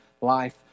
life